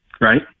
right